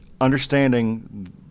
understanding